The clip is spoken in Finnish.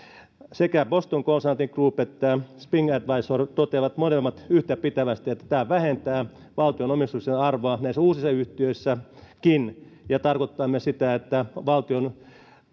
sekä boston consulting group että spring advisor toteavat molemmat yhtäpitävästi että tämä vähentää valtion omistuksen arvoa näissä uusissa yhtiöissäkin ja tarkoittaa myös sitä että valtion